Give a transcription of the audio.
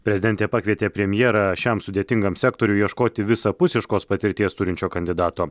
prezidentė pakvietė premjerą šiam sudėtingam sektoriui ieškoti visapusiškos patirties turinčio kandidato